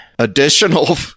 Additional